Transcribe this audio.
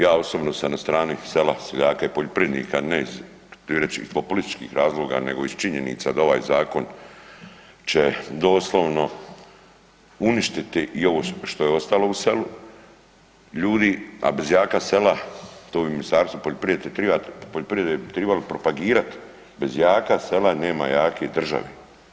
Ja osobno sam na strani sela, seljaka i poljoprivrednika ne iz … populističkih razloga nego iz činjenica da ovaj zakon će doslovno uništiti i ovo što je ostalo u selu ljudi, a bez jaka sela to vi u Ministarstvu poljoprivrede bi tribali propagirat, bez jaka sela nema jake države.